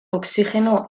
oxigeno